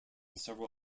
several